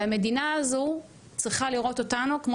והמדינה הזו צריכה לראות אותנו כמו